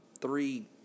three